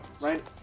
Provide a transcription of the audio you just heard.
right